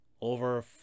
over